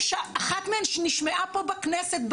אחת מהן נשמעה פה בכנסת,